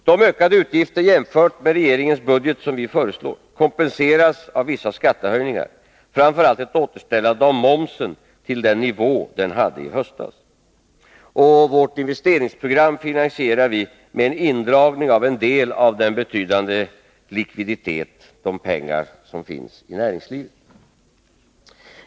De ökade utgifter jämfört med regeringens budget som vi föreslår kompenseras av vissa skattehöjningar, framför allt ett återställande av momsen till den nivå den hade i höstas. Vårt investeringsprogram finansierar vi med en indragning av en del av den betydande likviditet — de pengar — som finns i näringslivet.